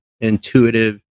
intuitive